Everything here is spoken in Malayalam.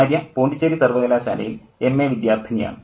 ആര്യ പോണ്ടിച്ചേരി സർവ്വകലാശാലയിൽ എംഎ വിദ്യാർത്ഥിനി ആണ്